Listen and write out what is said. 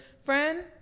friend